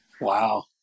Wow